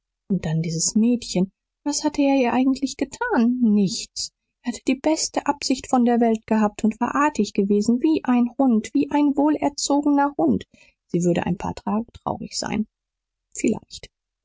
und dann dieses mädchen was hatte er ihr eigentlich getan nichts er hatte die beste absicht von der welt gehabt und war artig gewesen wie ein hund wie ein wohlerzogener hund sie würde ein paar tage traurig sein vielleicht